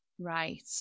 Right